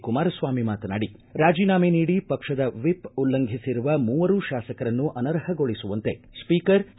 ಕುಮಾರಸ್ವಾಮಿ ಮಾತನಾಡಿ ರಾಜಿನಾಮೆ ನೀಡಿ ಪಕ್ಷದ ವಿಷ್ ಉಲ್ಲಂಘಿಸಿರುವ ಮೂವರು ಶಾಸಕರನ್ನು ಅನರ್ಹಗೊಳಿಸುವಂತೆ ಸ್ವೀಕರ್ ಕೆ